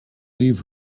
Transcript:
leave